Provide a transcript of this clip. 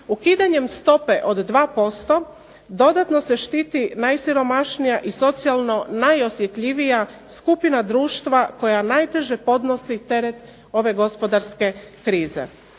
Ukidanjem stope od 2% dodatno se štiti najsiromašnija i socijalno najosjetljivija skupina društva koja najteže podnosi teret ove gospodarske krize.